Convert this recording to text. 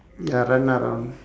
ya run around